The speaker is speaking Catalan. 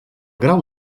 grau